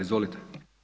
Izvolite.